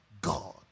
God